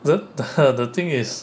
the thing is